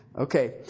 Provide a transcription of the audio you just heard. Okay